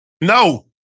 No